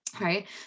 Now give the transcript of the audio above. right